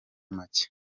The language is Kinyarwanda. make